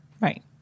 Right